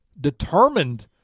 determined